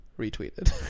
Retweeted